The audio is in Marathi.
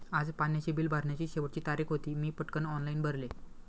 आज पाण्याचे बिल भरण्याची शेवटची तारीख होती, मी पटकन ऑनलाइन भरले